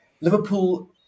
Liverpool